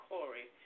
Corey